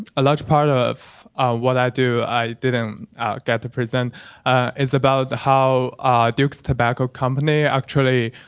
a large part of what i do, i didn't get to present is about how duke's tobacco company actually